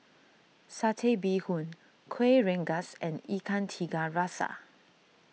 Satay Bee Hoon Kueh Rengas and Ikan Tiga Rasa